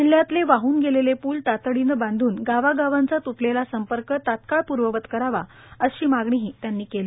जिल्ह्यातले वाह्न गेलेले प्ल तातडीनं बांधून गावागावांचा त्टलेला संपर्क तत्काळ प्र्ववत करावा अशी मागणीही त्यांनी केली